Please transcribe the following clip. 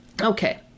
Okay